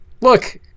Look